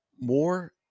more